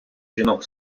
жінок